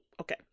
Okay